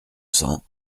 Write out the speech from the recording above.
cents